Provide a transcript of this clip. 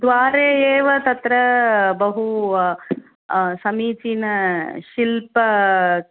द्वारे एव तत्र बहु समीचीनशिल्प